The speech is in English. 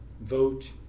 vote